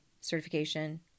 certification